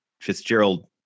Fitzgerald